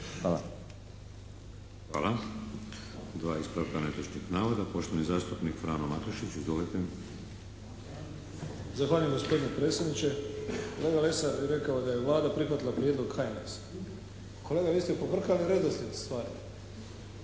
(HDZ)** Hvala. Dva ispravka netočnih navoda. Poštovani zastupnik Frano Matušić. Izvolite. **Matušić, Frano (HDZ)** Zahvaljujem gospodine predsjedniče. Kolega Lesar je rekao da je Vlada prihvatila prijedlog HNS-a. Kolega vi ste pobrkali redoslijed stvari.